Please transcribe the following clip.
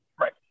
Right